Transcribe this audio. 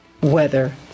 weather